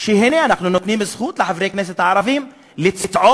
שהנה אנחנו נותנים זכות לחברי כנסת הערבים לצעוק